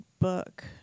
book